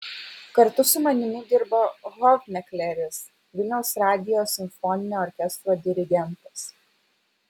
kartu su manimi dirbo hofmekleris vilniaus radijo simfoninio orkestro dirigentas